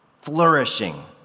flourishing